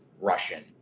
Russian